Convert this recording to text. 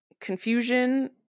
confusion